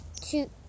Two